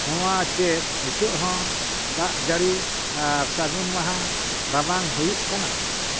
ᱱᱚᱣᱟ ᱪᱮᱫ ᱱᱤᱛᱚᱜ ᱦᱚᱸ ᱫᱟᱜ ᱡᱟᱹᱲᱤ ᱟᱨ ᱥᱟᱹᱜᱩᱱ ᱢᱟᱦᱟ ᱨᱟᱵᱟᱝ ᱦᱩᱭᱩᱜ ᱠᱟᱱᱟ